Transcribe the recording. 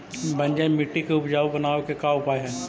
बंजर मट्टी के उपजाऊ बनाबे के का उपाय है?